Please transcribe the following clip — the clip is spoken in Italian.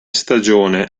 stagione